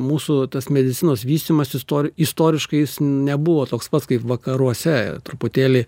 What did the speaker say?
mūsų tas medicinos vystymasis istoriškai nebuvo toks pats kaip vakaruose truputėlį